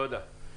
תודה.